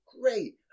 great